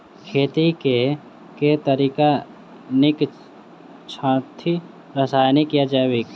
खेती केँ के तरीका नीक छथि, रासायनिक या जैविक?